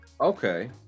okay